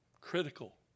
Critical